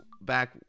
back